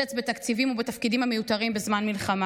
בתקציבים ובתפקידים המיותרים בזמן מלחמה,